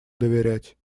доверять